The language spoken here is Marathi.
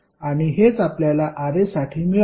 आणि हेच आपल्याला Ra साठी मिळाले